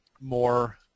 more